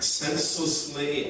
senselessly